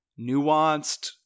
nuanced